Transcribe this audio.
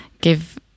give